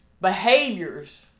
behaviors